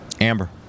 Amber